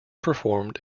performed